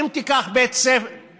אם תיקח מנהל